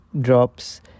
drops